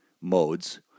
modes